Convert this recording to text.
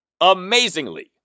amazingly